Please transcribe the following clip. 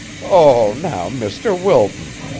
oh, now, mr. wilton,